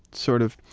sort of,